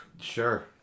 Sure